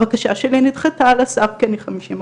הבקשה שלי נדחתה על הסף כי אני 50 אחוזים.